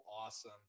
awesome